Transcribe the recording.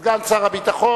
סגן שר הביטחון.